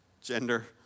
gender